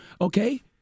okay